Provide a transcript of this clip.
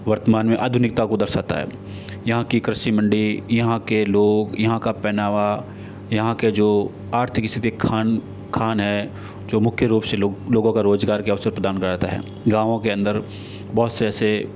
वर्तमान में आधुनिकता को दर्शाता है यहाँ की कृषि मंडी यहाँ के लोग यहाँ का पहनावा यहाँ के जो आर्थिक स्थिति खान खान है जो मुख्य रूप से लोग लोगों का रोज़गार के अवसर प्रदान कराता है गावों के अंदर बहुत से ऐसे